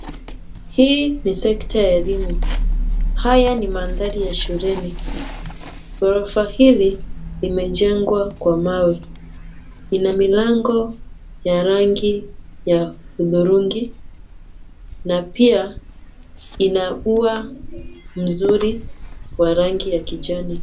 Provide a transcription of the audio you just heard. Hii ni sekta ya elimu, haya ni mandhari ya shuleni , ghorofa hili limejengwa kwa mawe lina milango ya rangi ya hudhurungi na pia lina ua mzuri wa rangi ya kijani.